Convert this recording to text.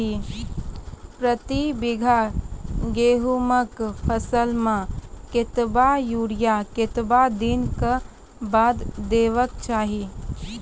प्रति बीघा गेहूँमक फसल मे कतबा यूरिया कतवा दिनऽक बाद देवाक चाही?